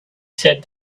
said